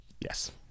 yes